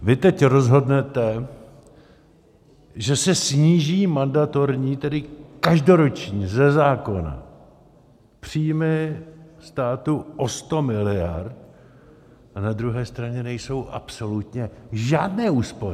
Vy teď rozhodnete, že se sníží mandatorní, tedy každoroční, ze zákona, příjmy státu o 100 miliard, a na druhé straně nejsou absolutně žádné úspory.